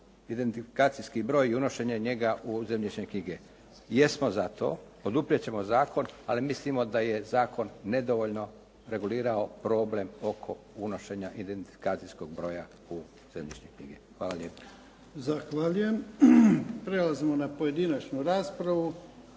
identifikacijski broj i unošenje njega u zemljišne knjige. Jesmo za to, poduprijeti ćemo zakon, ali mislimo da je zakon nedovoljno regulirao problem oko unošenja identifikacijskog broja u zemljišne knjige. Hvala lijepo. **Jarnjak, Ivan (HDZ)** Zahvaljujem. Prelazimo na pojedinačnu raspravu.